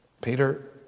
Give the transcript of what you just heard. Peter